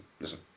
listen